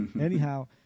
anyhow